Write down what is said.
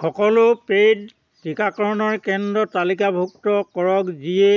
সকলো পে'ইড টিকাকৰণৰ কেন্দ্ৰ তালিকাভুক্ত কৰক যিয়ে